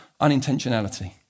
unintentionality